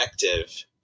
effective